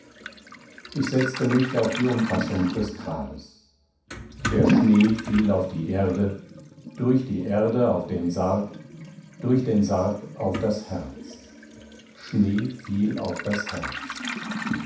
ich setzte mich auf die umfassung des grabes der schnee fiel auf die erde durch die erde auf den sarg durch den sarg auf das herz schnee fiel auf das herz